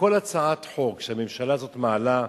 בכל הצעת חוק שהממשלה הזו מעלה,